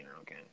okay